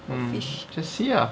mm just see ah